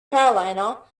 carolina